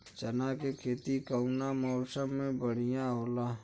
चना के खेती कउना मौसम मे बढ़ियां होला?